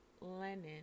Lennon